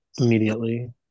Immediately